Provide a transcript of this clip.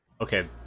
Okay